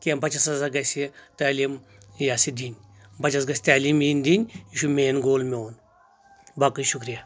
کینٛہہ بچس ہسا گژھہِ تعلیم یہ ہسا یہ دِنۍ بچس گژھہِ تعلیٖم یِنۍ دِنۍ یہِ چھُ مین گول میٚون باقٕے شُکریہ